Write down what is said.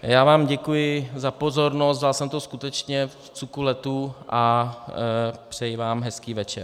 Já vám děkuji za pozornost, vzal jsem to skutečně vcukuletu, a přeji vám hezký večer.